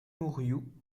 mourioux